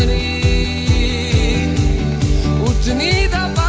a nice